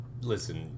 listen